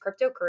cryptocurrency